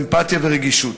אמפתיה ורגישות.